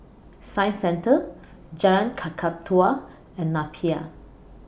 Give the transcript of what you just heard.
Science Centre Jalan Kakatua and Napier